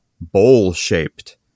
bowl-shaped